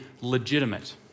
legitimate